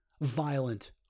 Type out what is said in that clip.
violent